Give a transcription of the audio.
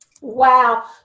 Wow